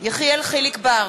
יחיאל חיליק בר,